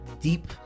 deep